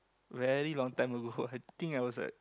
very long time ago I think was like